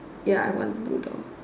ya I want a blue door